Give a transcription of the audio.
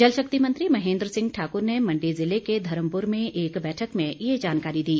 जल शक्ति मंत्री महेन्द्र सिंह ठाकुर ने मंडी जिले के धर्मपुर में एक बैठक में ये जानकारी दी